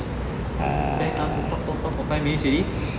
spend time to talk talk talk for five minutes already